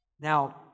Now